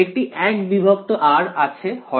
একটি 1 বিভক্ত r আছে হরে